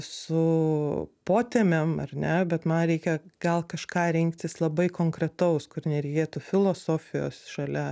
su poteme ar ne bet man reikia gal kažką rinktis labai konkretaus kur nereikėtų filosofijos šalia